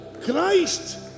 Christ